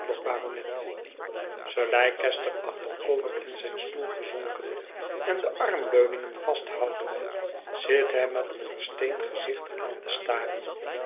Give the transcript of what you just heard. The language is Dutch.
baronet sir leicester achterover in zijn stoel gezonken en de armleuningen vasthoudende zit hem met een versteend gezicht aan te staren